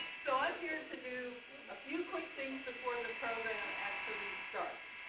so i'm here to do a few quick things before the program actually starts.